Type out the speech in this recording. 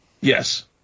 Yes